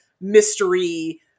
mystery